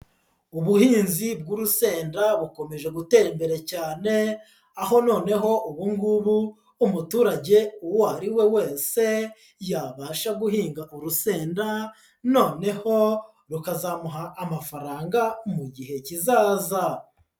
Ubuhinzi bw'urusenda bukomeje gutera imbere cyane, aho noneho ubu ngubu umuturage uwo ariwe wese yabasha guhinga urusenda noneho rukazamuha amafaranga mu gihe kizaza.